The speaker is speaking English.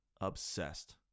obsessed